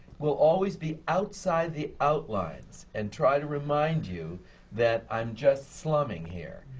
will always be outside the outlines and try to remind you that i'm just slumming here.